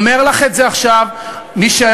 בחופשה הראשונה שבה הוא יצא